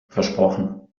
versprochen